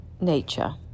nature